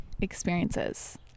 experiences